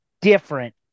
different